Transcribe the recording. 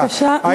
בבקשה לסיים.